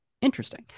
Interesting